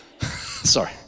Sorry